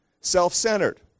self-centered